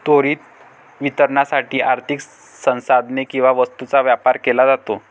त्वरित वितरणासाठी आर्थिक संसाधने किंवा वस्तूंचा व्यापार केला जातो